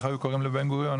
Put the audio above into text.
איך היינו קוראים לבן גוריון?